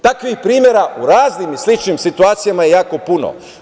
Takvih primera u raznim i sličnim situacijama je jako puno.